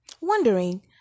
wondering